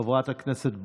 חברת הכנסת ברק,